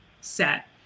set